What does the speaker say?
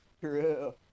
True